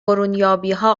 برونیابیها